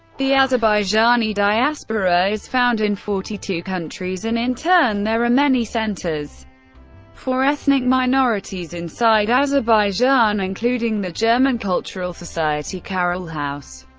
the azerbaijani diaspora is found in forty two countries and in turn there are many centers for ethnic minorities inside azerbaijan including the german cultural society karelhaus,